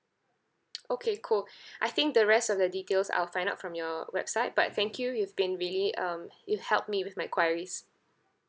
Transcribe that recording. okay cool I think the rest of the details I'll find out from your website but thank you you've been really um you've helped me with my queries